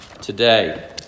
today